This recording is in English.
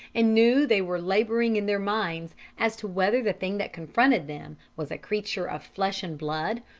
and knew they were labouring in their minds as to whether the thing that confronted them was a creature of flesh and blood,